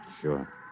Sure